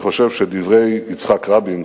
אני חושב שדברי יצחק רבין